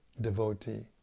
devotee